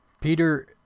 Peter